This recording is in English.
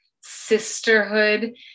sisterhood